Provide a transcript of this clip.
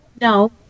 no